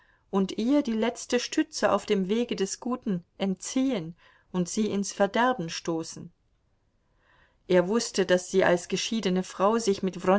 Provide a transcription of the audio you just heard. und ihr die letzte stütze auf dem wege des guten entziehen und sie ins verderben stoßen er wußte daß sie als geschiedene frau sich mit